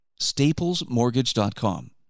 staplesmortgage.com